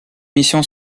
mission